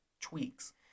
tweaks